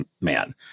man